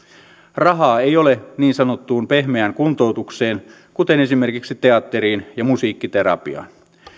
rahaa ei ole niin sanottuun pehmeään kuntoutukseen kuten esimerkiksi teatteriin ja musiikkiterapiaan